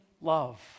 love